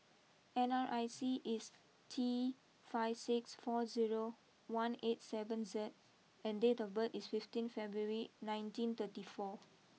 N R I C is T five six four zero one eight seven Z and date of birth is fifteen February nineteen thirty four